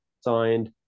signed